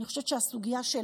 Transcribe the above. אני חושבת שהסוגיה של